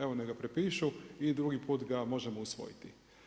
Evo neka ga prepišu i drugi put ga možemo usvojiti.